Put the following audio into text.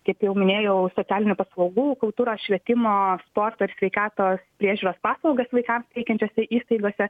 kaip jau minėjau socialinių paslaugų kultūros švietimo sporto ir sveikatos priežiūros paslaugas vaikams teikiančiose įstaigose